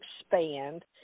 expand